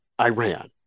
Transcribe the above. Iran